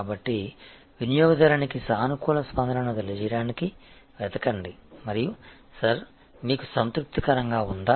కాబట్టి వినియోగదారునికి సానుకూల స్పందనను తెలియజేయడానికి వెతకండి మరియు సర్ మీకు సంతృప్తికరంగా ఉందా